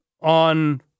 on